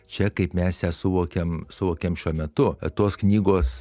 čia kaip mes ją suvokiam suvokiam šiuo metu tos knygos